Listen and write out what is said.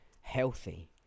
healthy